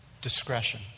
Discretion